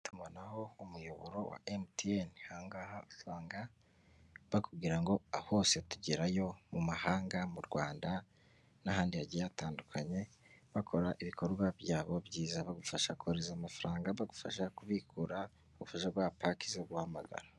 Tubonaho umuyoboro wa MTN aha ngaha usanga bakubwira ngo hose tugerayo mu mahanga mu Rwanda n'ahandi hagiye hatandukanye, bakora ibikorwa byabo byiza bagufasha kohereza amafaranga, bagufasha kubikura, ubufasha bwa paki zo guhamagara.